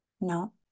No